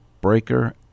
Breaker